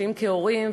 אם כהורים,